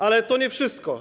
Ale to nie wszystko.